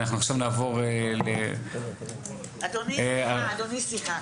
אדוני סליחה,